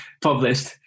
published